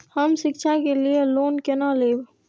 हम शिक्षा के लिए लोन केना लैब?